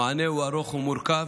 המענה הוא ארוך ומורכב.